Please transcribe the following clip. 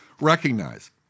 Recognize